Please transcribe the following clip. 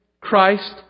Christ